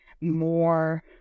more